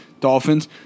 Dolphins